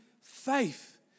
faith